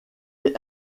est